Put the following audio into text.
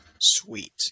Sweet